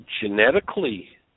genetically